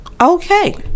okay